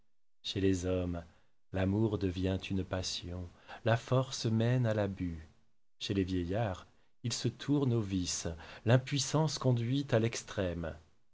chez les hommes l'amour devient une passion la force mène à l'abus chez les vieillards il se tourne au vice l'impuissance conduit à l'extrême